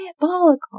diabolical